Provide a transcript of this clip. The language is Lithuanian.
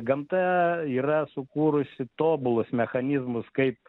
gamta yra sukūrusi tobulus mechanizmus kaip